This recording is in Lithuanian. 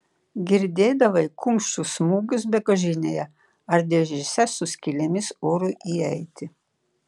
girdėdavai kumščių smūgius bagažinėje ar dėžėse su skylėmis orui įeiti